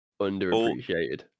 Underappreciated